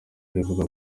rivuga